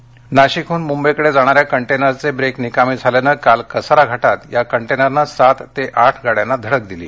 अपघात नाशिक नाशिकहन मुंबईकडे जाणाऱ्या कंटेनरचे ब्रेक निकामी झाल्याने काल कसारा घाटात या कंटेनरने सात ते आठ गाड्यांना धडक दिली